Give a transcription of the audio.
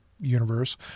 universe